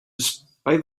despite